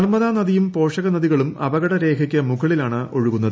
നർമ്മദ നദിയും പോഷകനദികളും അപകട രേഖയ്ക്ക് മുകളിലാണ് ഒഴുകുന്നത്